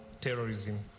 terrorism